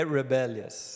rebellious